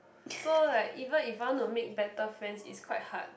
so like even if I want to make better friends is quite hard